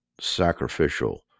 sacrificial